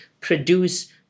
produce